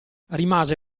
rimase